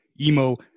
emo